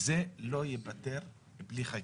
זה לא ייפתר בלי חקיקה.